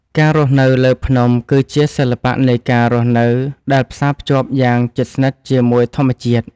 ការរស់នៅលើភ្នំគឺជាសិល្បៈនៃការរស់នៅដែលផ្សារភ្ជាប់យ៉ាងជិតស្និទ្ធជាមួយធម្មជាតិ។